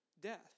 death